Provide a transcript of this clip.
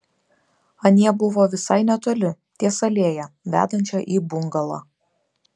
anie buvo visai netoli ties alėja vedančia į bungalą